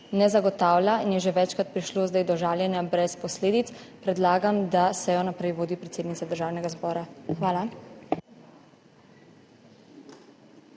ne zagotavlja in je že večkrat prišlo zdaj do žaljenja brez posledic, predlagam, da sejo naprej vodi predsednica Državnega zbora. Hvala.